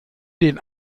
den